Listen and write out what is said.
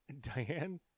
Diane